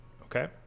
Okay